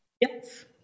Yes